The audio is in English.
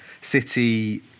City